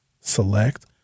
Select